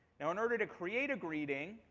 and in order to create a greeting,